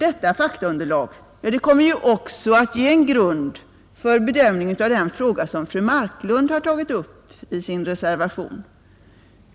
Detta underlag kommer också att ge en grund för bedömningen av den fråga som fru Marklund har tagit upp i sin reservation.